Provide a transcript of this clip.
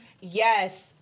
Yes